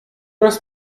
das